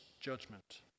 judgment